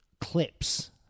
clips